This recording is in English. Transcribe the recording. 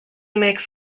makes